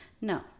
No